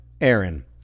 Aaron